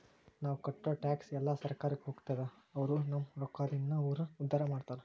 ನಾವ್ ಕಟ್ಟೋ ಟ್ಯಾಕ್ಸ್ ಎಲ್ಲಾ ಸರ್ಕಾರಕ್ಕ ಹೋಗ್ತದ ಅವ್ರು ನಮ್ ರೊಕ್ಕದಿಂದಾನ ಊರ್ ಉದ್ದಾರ ಮಾಡ್ತಾರಾ